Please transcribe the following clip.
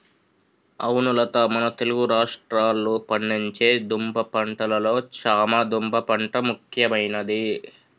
అవును లత మన తెలుగు రాష్ట్రాల్లో పండించే దుంప పంటలలో చామ దుంప పంట ముఖ్యమైనది